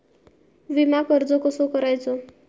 विम्याक अर्ज कसो करायचो?